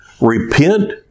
repent